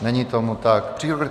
Není tomu tak.